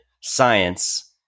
science